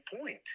point